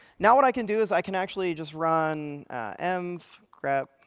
now, what i can do is i can actually just run env grep